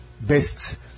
best